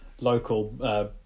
local